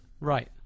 right